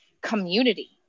community